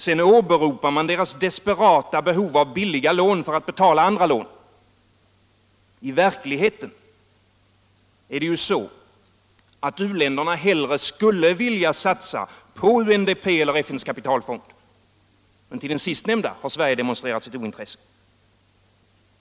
Sedan åberopar man deras desperata behov av billiga lån för att betala andra lån. I verkligheten är det så att u-länderna hellre skulle vilja satsa på UNDP eller FN:s kapitalfond. Men för den sistnämnda har Sverige demonstrerat sitt ointresse.